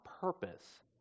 purpose